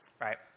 right